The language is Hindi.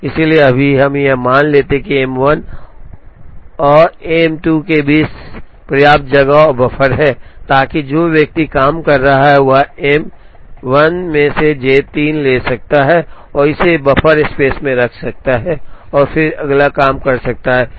इसलिए अभी हम मान लेते हैं कि एम 1 और एम 2 के बीच पर्याप्त जगह और बफर है ताकि जो व्यक्ति काम कर रहा है वह एम 1 में से जे 3 ले सकता है और इसे बफर स्पेस में रख सकता है और फिर अगला काम कर सकता है